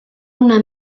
una